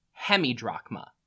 hemidrachma